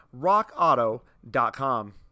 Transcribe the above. rockauto.com